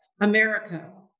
America